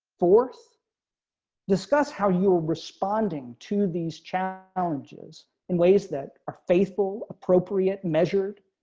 force discuss how you're responding to these challenges in ways that are faithful appropriate measured